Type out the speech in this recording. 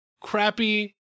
crappy